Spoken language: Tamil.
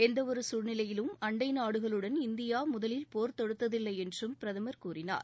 எந்தவொரு சூழ்நிலையிலும் அண்டை நாடுகளுடன் இந்தியா முதலில் போர் தொடுத்ததில்லை என்றும் பிரதமர் கூறினார்